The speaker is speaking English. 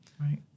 Right